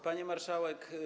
Pani Marszałek!